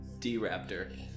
D-Raptor